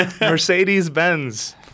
Mercedes-Benz